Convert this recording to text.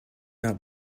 not